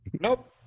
Nope